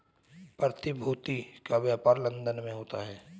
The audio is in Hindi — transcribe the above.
प्रतिभूति का व्यापार लन्दन में बहुत होता है